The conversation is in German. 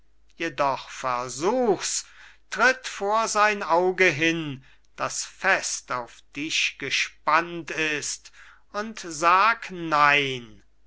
jedoch versuchs tritt vor sein auge hin das fest auf dich gespannt ist und sag nein